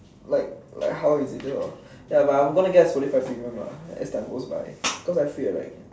like like how is it ya but I'm going to get Spotify premium lah as time goes by cause I feel that like